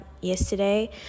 yesterday